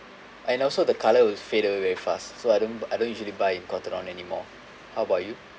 and also the colour will fade away very fast so I don't I don't usually buy in Cotton On anymore how about you